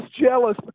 jealous